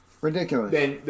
Ridiculous